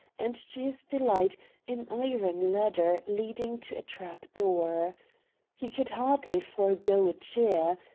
and, to his delight an iron ladder leading to a trap-door. he could hardly forego a cheer.